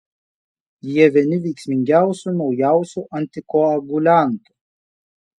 jie vieni veiksmingiausių naujausių antikoaguliantų